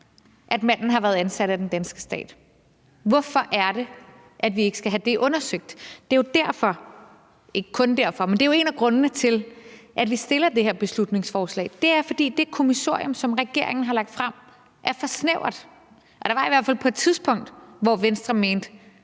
at manden har været ansat af den danske stat. Hvorfor er det, at vi ikke skal have det undersøgt? Det er jo en af grundene til, at vi fremsætter det her beslutningsforslag. Det er, fordi det kommissorium, som regeringen har lagt frem, er for snævert. Og der var i hvert fald et tidspunkt, hvor Venstre mente,